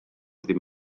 ddim